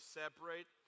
separate